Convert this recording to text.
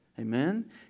Amen